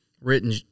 written